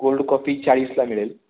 cold coffee चाळीसला मिळेल